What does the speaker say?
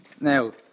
Now